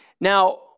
Now